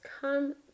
come